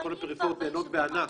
כל הפריפריות נהנות בענק